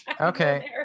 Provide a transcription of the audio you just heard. Okay